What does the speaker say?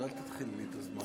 עוד אל תתחילי לי את הזמן.